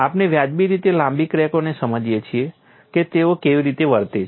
આપણે વાજબી રીતે લાંબી ક્રેકોને સમજીએ છીએ કે તેઓ કેવી રીતે વર્તે છે